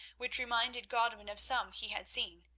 which reminded godwin of some he had seen,